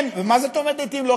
מה זאת אומרת לעתים לא?